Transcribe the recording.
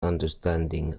understanding